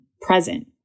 present